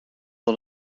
van